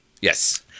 Yes